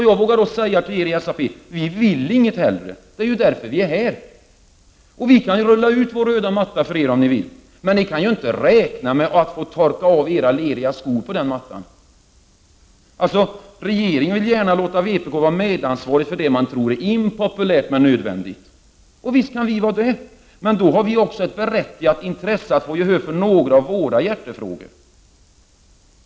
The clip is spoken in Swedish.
Jag vågar säga till er i SAP: Vi vill inget hellre. Det är ju därför vi är här! Vi kan rulla ut vår röda matta för er, om ni vill. Men ni kan inte räkna med att få torka av era leriga skor på den mattan! Regeringen vill gärna låta vpk vara medansvarigt för det som regeringen tror är impopulärt men nödvändigt. Och visst kan vi vara det! Men då har vi också ett berättigat intresse av att få gehör i några av våra hjärtefrågor.